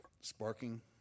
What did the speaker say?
sparking